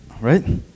right